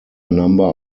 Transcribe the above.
number